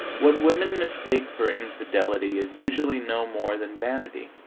what women mistake for infidelity is usually no more than vanity.